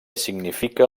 significa